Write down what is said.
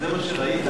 זה מה שראית?